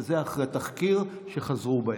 וזה אחרי תחקיר שחזרו בהם.